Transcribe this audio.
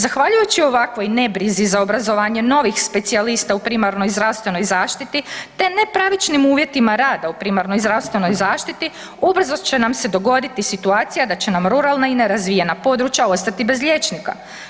Zahvaljujući ovakvoj nebrizi za obrazovanje novih specijalista u primarnoj zdravstvenoj zaštiti te nepravičnim uvjetima rada u primarnoj zdravstvenoj zaštiti ubrzo će nam se dogoditi situacija da će nam ruralna i nerazvijena područja ostati bez liječnika.